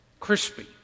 crispy